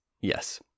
Yes